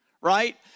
Right